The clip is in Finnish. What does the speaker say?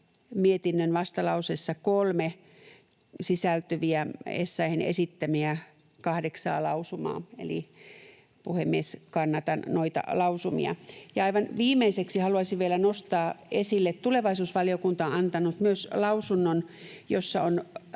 mietinnön vastalauseeseen 3 sisältyviä, edustaja Essayahin esittämiä kahdeksaa lausumaa — puhemies, kannatan noita lausumia. Ja aivan viimeiseksi haluaisin vielä nostaa esille, että tulevaisuusvaliokunta on myös antanut lausunnon, jossa on